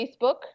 Facebook